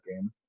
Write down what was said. game